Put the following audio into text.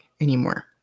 anymore